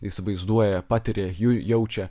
įsivaizduoja patiria ju jaučia